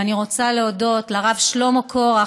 ואני רוצה להודות לרב שלמה קורח,